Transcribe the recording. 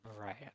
Right